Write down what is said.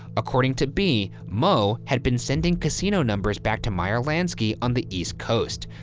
according to bee, moe had been sending casino numbers back to meyer lansky on the east coast,